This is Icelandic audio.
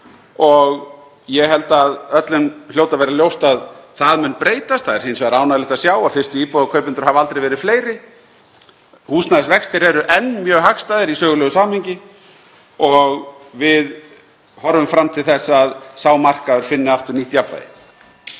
Ég held að öllum hljóti að vera ljóst að það mun breytast. Það er hins vegar ánægjulegt að sjá að fyrstu íbúðarkaupendur hafa aldrei verið fleiri. Húsnæðisvextir eru enn mjög hagstæðir í sögulegu samhengi og við horfum fram til þess að sá markaður finni aftur nýtt jafnvægi.